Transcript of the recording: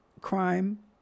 Crime